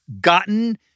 gotten